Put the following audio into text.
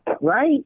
Right